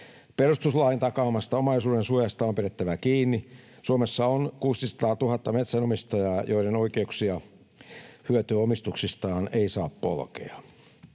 Perustuslain takaamasta omaisuudensuojasta on pidettävä kiinni. Suomessa on 600 000 metsänomistajaa, joiden oikeuksia hyötyä omistuksistaan ei saa polkea.